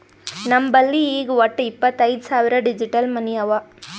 ನಮ್ ಬಲ್ಲಿ ಈಗ್ ವಟ್ಟ ಇಪ್ಪತೈದ್ ಸಾವಿರ್ ಡಿಜಿಟಲ್ ಮನಿ ಅವಾ